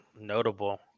notable